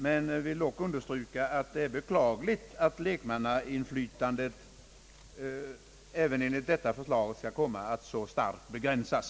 Jag vill dock understryka att det är beklagligt att lekmannainflytandet även enligt detta förslag skall komma att starkt begränsas.